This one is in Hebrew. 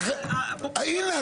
הנה,